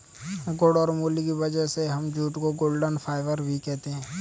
गुण और मूल्य की वजह से हम जूट को गोल्डन फाइबर भी कहते है